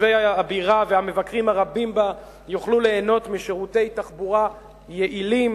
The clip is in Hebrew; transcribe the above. ותושבי הבירה והמבקרים הרבים בה יוכלו ליהנות משירותי תחבורה יעילים,